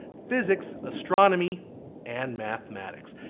physics, astronomy and mathematics.